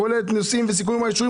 רצינו שתישמע הזעקה הזאת,